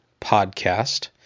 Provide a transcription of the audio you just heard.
Podcast